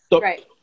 Right